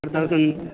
ஒரு தௌசண்ட்